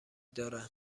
دارن